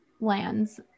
Lands